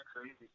crazy